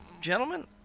gentlemen